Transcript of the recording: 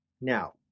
Now